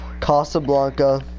Casablanca